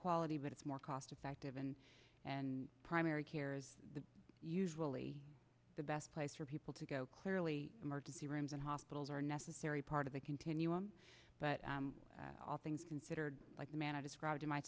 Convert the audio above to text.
quality but it's more cost effective and primary care is usually the best place for people to go clearly emergency rooms and hospitals are necessary part of a continuum but all things considered like the man i described in my